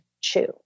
chew